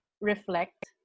reflect